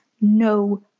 no